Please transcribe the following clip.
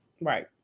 Right